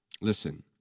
Listen